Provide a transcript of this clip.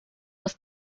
was